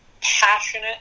passionate